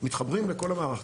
אנחנו מתחברים לכל המערך.